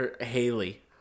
Haley